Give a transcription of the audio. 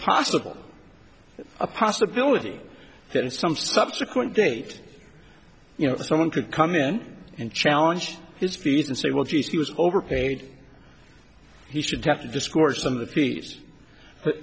possible a possibility that in some subsequent date you know someone could come in and challenge his fees and say well geez he was overpaid he should have to score some of the fees